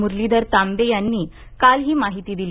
म्रलीधर तांबे यांनी काल ही माहिती दिली